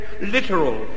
literal